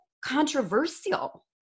controversial